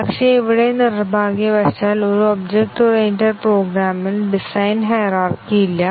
പക്ഷേ ഇവിടെ നിർഭാഗ്യവശാൽ ഒരു ഒബ്ജക്റ്റ് ഓറിയന്റഡ് പ്രോഗ്രാമിൽ ഡിസൈൻ ഹൈറാർക്കി ഇല്ല